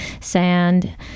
sand